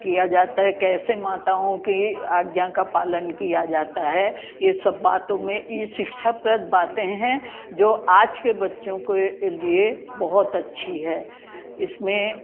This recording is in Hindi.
किया जाता है कैसे माताओं की आज्ञा का पालन किया जाता है ये सब बातों में ये सिक्षाप्रद बाते हैं जो आज के बच्चों के लिए बहुत अच्छी है इसमें